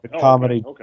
comedy